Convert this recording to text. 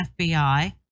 FBI